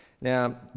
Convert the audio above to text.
Now